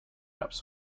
ups